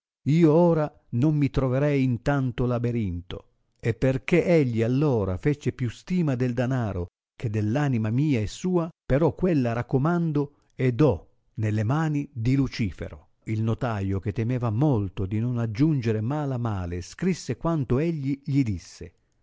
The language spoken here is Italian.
io ora non mi troverei in tanto laberìnto e perchè egli allora fece più stima del danaro che dell'anima mia e sua però quella raccomando e do nelle mani di lucifero il notaio che temeva molto di non aggiungere mal a male scrisse quanto egli gli disse